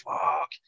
fuck